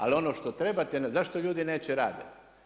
Ali ono što trebate, zašto ljudi neće radit?